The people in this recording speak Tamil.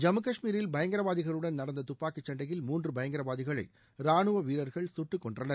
ஜம்மு காஷ்மீரில் பயங்கரவாதிகளுடன் நடந்த துப்பாக்கி சண்டையில் மூன்று பயங்கரவாதிகளை ராணுவ வீரர்கள் சுட்டுக்கொண்றனர்